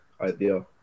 idea